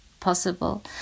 possible